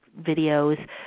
videos